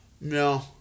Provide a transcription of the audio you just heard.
No